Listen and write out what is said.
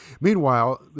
Meanwhile